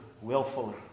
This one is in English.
willfully